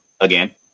again